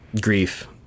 grief